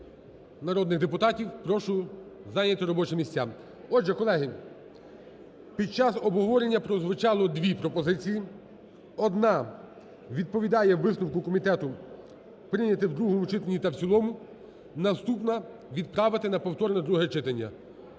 народних депутатів, прошу зайняти робочі місця. Отже, колеги, під час обговорення прозвучало дві пропозиції. Одна відповідає виступу комітету – прийняти у другому читанні та в цілому, наступна – відправити на повторне друге читання.